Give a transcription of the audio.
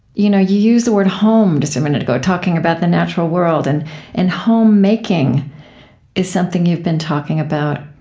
you know you used the word home just a minute ago, talking about the natural world. and and homemaking is something you've been talking about.